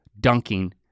dunking